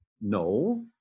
No